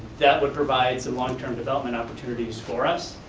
that would provide some long-term development opportunities for us.